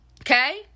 Okay